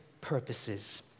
purposes